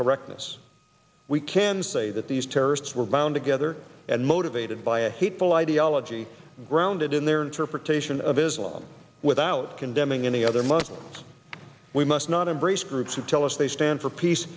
correctness we can say that these terrorists were bound together and motivated by a hateful ideology grounded in their interpretation of islam without condemning any other muslims we must not embrace groups who tell us they stand for peace